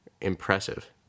impressive